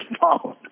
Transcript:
phone